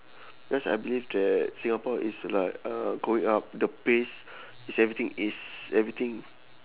because I believe that singapore is like uh going up the place is everything is everything